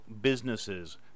businesses